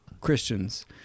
Christians